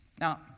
Now